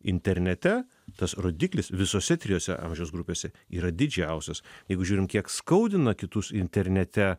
internete tas rodiklis visose trijose amžiaus grupėse yra didžiausias jeigu žiūrim kiek skaudina kitus internete